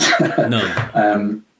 No